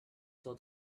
saw